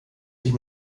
sich